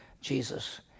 Jesus